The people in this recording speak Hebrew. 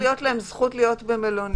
אמורה להיות להם זכות להיות במלונית.